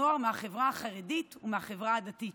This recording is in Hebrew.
נוער מהחברה החרדית ומהחברה דתית,